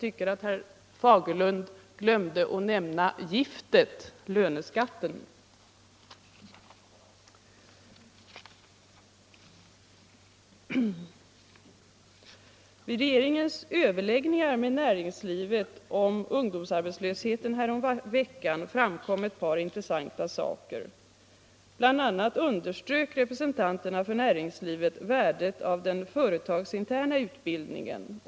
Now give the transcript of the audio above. Herr Fagerlund glömde att nämna giftet: löneskatten. Vid regeringens överläggningar med näringslivet om arbetslösheten häromveckan framkom ett par intressanta saker. Bl. a. underströk representanterna för näringslivet värdet av den företagsinterna utbildningen.